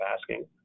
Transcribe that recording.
asking